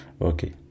Okay